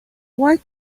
why